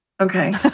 okay